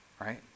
Right